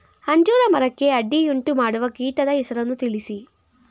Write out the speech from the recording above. ಅಂಜೂರ ಮರಕ್ಕೆ ಅಡ್ಡಿಯುಂಟುಮಾಡುವ ಕೀಟದ ಹೆಸರನ್ನು ತಿಳಿಸಿ?